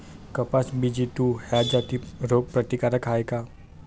कपास BG two ह्या जाती रोग प्रतिकारक हाये का?